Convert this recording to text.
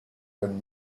and